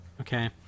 okay